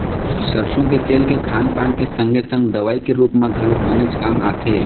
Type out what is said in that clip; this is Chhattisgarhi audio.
सरसो के तेल के खान पान के संगे संग दवई के रुप म घलोक बनेच काम आथे